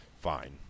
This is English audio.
fine